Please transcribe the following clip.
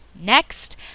Next